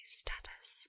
status